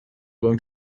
going